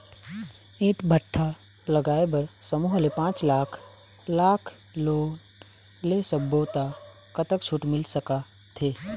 ईंट भट्ठा लगाए बर समूह ले पांच लाख लाख़ लोन ले सब्बो ता कतक छूट मिल सका थे?